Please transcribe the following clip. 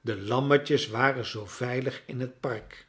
de lammetjes waren zoo veilig in t park